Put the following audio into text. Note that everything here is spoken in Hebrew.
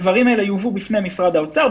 הדברים האלה יובאו בפני משרד האוצר,